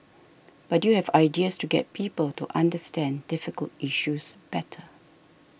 but you have ideas to get people to understand difficult issues better